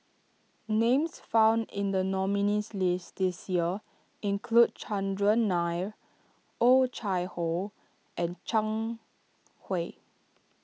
names found in the nominees' list this year include Chandran Nair Oh Chai Hoo and Zhang Hui